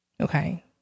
Okay